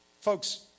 folks